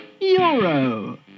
euro